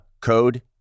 code